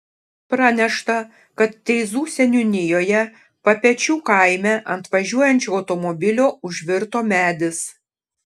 pranešta kad teizų seniūnijoje papečių kaime ant važiuojančio automobilio užvirto medis